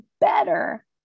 better